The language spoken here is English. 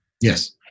Yes